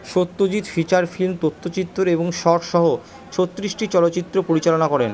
Satyajit feature film তথ্যচিত্র এবং short সহ ছত্রিশটি চলচ্চিত্র পরিচালনা করেন